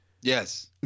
Yes